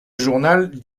journal